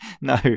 No